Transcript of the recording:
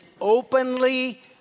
openly